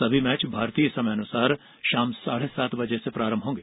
सभी मैच भारतीय समय अनुसार शाम साढ़े सात बर्जे से शुरू होंगे